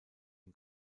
den